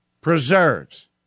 preserves